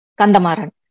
Kandamaran